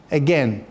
again